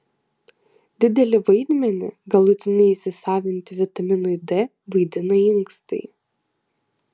didelį vaidmenį galutinai įsisavinti vitaminui d vaidina inkstai